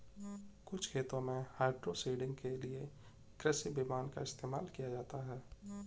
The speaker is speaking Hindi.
कुछ खेतों में हाइड्रोसीडिंग के लिए कृषि विमान का इस्तेमाल किया जाता है